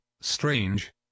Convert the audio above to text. strange